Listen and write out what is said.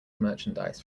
merchandise